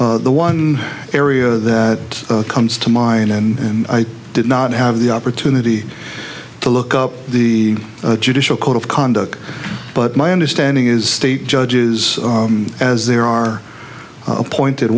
the one area that comes to mind and i did not have the opportunity to look up the judicial code of conduct but my understanding is state judges as there are appointed